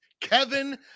Kevin